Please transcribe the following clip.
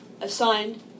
assigned